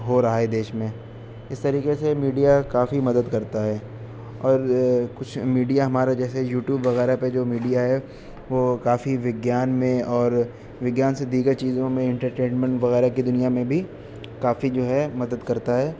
ہو رہا ہے دیش میں اس طریقے سے میڈیا کافی مدد کرتا ہے اور کچھ میڈیا ہمارا جیسے یوٹیوب وغیرہ پہ جو میڈیا ہے وہ کافی وگیان میں اور وگیان سے دیگر چیزوں میں انٹرٹیٹمنٹ وغیرہ کی دنیا میں بھی کافی جو ہے مدد کرتا ہے